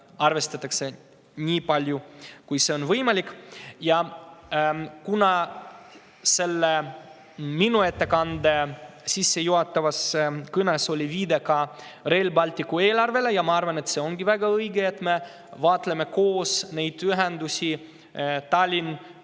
arvestatakse nii palju, kui see on võimalik. Kuna minu ettekannet sissejuhatavas kõnes oli viide ka Rail Balticu eelarvele, ja ma arvan, et see ongi väga õige, et me vaatleme neid ühendusi koos